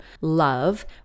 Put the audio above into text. love